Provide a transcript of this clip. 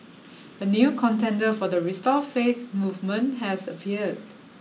a new contender for the restore faith movement has appeared